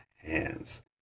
hands